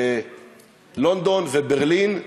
בלונדון ובברלין,